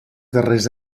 darrers